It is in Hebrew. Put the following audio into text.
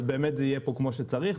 באמת זה יהיה כמו שצריך.